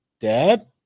dad